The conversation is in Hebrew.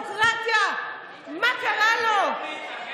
המפגינים האלה, חודש אתם מסיתים.